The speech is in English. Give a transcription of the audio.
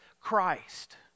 Christ